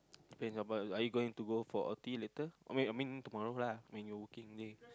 and about are you going to go for a tea later I mean I mean tomorrow lah when you're working late